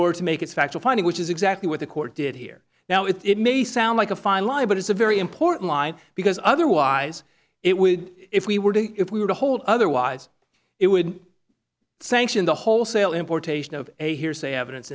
order to make a factual finding which is exactly what the court did hear now it it may sound like a fine line but it's a very important line because otherwise it would if we were if we were to hold otherwise it would sanction the wholesale importation of a hearsay evidence